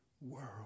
world